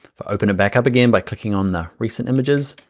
but open it back up again by clicking on the recent images,